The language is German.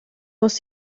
muss